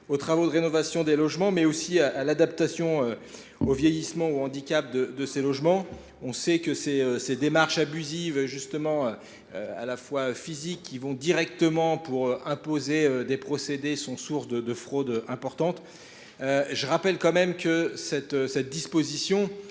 aux travaux de rénovation des logements, mais aussi à l'adaptation au vieillissement ou handicap de ces logements. On sait que ces démarches abusives, justement à la fois physiques, vont directement pour imposer des procédés, sont source de fraudes importantes. Je rappelle quand même que cette disposition